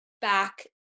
back